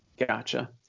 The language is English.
Gotcha